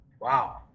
wow